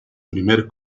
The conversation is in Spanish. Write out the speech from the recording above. primer